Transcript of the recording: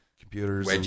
computers